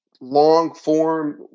long-form